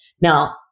Now